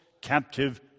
captive